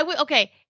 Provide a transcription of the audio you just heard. Okay